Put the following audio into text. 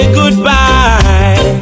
goodbye